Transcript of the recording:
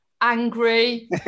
angry